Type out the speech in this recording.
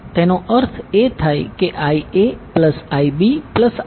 તેનો અર્થ એ થાય કે IaIbIc0